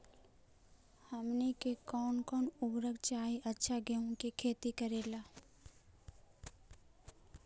हमनी के कौन कौन उर्वरक चाही अच्छा गेंहू के खेती करेला?